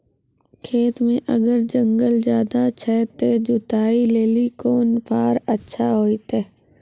खेत मे अगर जंगल ज्यादा छै ते जुताई लेली कोंन फार अच्छा होइतै?